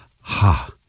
ha